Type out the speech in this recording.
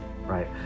Right